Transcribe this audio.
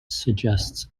suggests